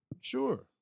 Sure